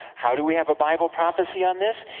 how do we have a bible prophecy on this?